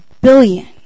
billion